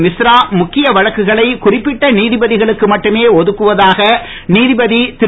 மிஸ்ரா முக்கிய வழக்குகளை குறிப்பிட்ட நீதிபதிகளுக்கு மட்டுமே ஒதுக்குவதாக நீதிபதி திரு